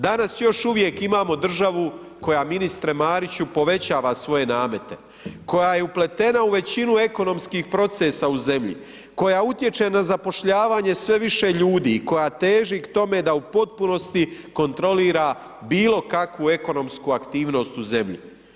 Danas još uvijek imamo državu koja ministre Mariću povećava svoje namete, koja je upletena u većinu ekonomskih procesa u zemlji, koja utječe na zapošljavanje sve više ljudi i koja teži k tome da u potpunosti kontrolira bilo kakvu ekonomsku aktivnost u zemlji.